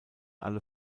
alle